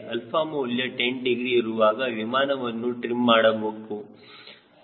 𝛼 ಮೌಲ್ಯ 10 ಡಿಗ್ರಿ ಇರುವಾಗ ವಿಮಾನವನ್ನು ಟ್ರಿಮ್ಮಾಡಬೇಕು ಎಂದು ನಮಗೆ ತಿಳಿದಿರುತ್ತದೆ